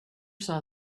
saw